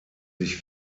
sich